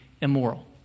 immoral